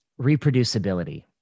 reproducibility